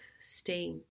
steam